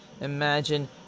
imagine